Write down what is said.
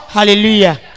Hallelujah